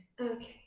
Okay